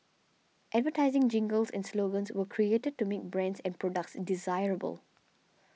advertising jingles and slogans were created to make brands and products desirable